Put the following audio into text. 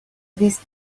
this